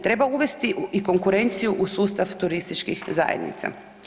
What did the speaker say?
Treba uvesti i konkurenciju u sustav turističkih zajednica.